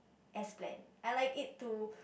as plan I like it to